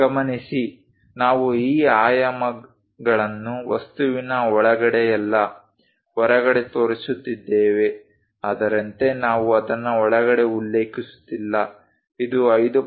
ಗಮನಿಸಿ ನಾವು ಈ ಆಯಾಮಗಳನ್ನು ವಸ್ತುವಿನ ಒಳಗಡೆಯಲ್ಲ ಹೊರಗಡೆ ತೋರಿಸುತ್ತಿದ್ದೇವೆ ಅದರಂತೆ ನಾವು ಅದನ್ನ ಒಳಗಡೆ ಉಲ್ಲೇಖಿಸುತ್ತಿಲ್ಲ ಇದು 5